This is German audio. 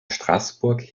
straßburg